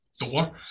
door